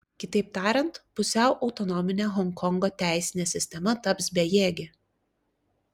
kitaip tariant pusiau autonominė honkongo teisinė sistema taps bejėgė